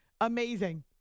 Amazing